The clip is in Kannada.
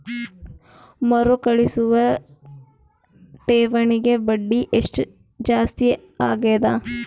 ಮರುಕಳಿಸುವ ಠೇವಣಿಗೆ ಬಡ್ಡಿ ಎಷ್ಟ ಜಾಸ್ತಿ ಆಗೆದ?